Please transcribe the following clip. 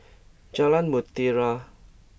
Jalan Mutiara